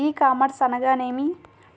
ఈ కామర్స్ అనగానేమి?